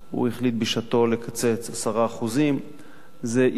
והוא החליט בשעתו לקצץ 10%. זה העיב,